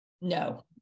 No